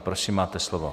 Prosím, máte slovo.